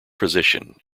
position